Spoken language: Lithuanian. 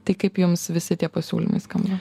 tai kaip jums visi tie pasiūlymai skamba